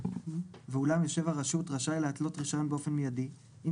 ואולם עובד הרשות רשאי להתלות רישיון באופן מיידי אם